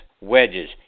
wedges